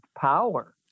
power